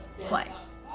twice